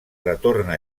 retorna